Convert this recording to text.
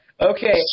Okay